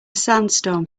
sandstorm